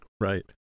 Right